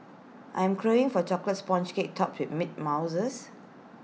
I am craving for A Chocolate Sponge Cake Topped with mint mouses